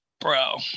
Bro